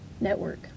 network